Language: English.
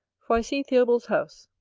for i see theobald's house.